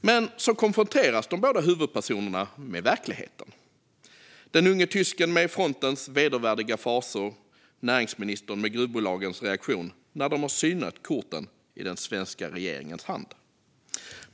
Men så konfronteras de båda huvudpersonerna med verkligheten - den unge tysken med frontens vedervärdiga fasor, näringsministern med gruvbolagens reaktion när de synat korten i den svenska regeringens hand.